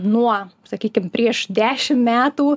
nuo sakykim prieš dešimt metų